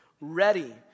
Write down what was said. ready